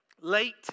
late